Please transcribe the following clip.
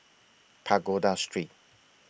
Pagoda Street